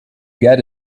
get